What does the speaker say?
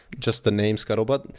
just the name scuttlebutt,